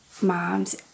moms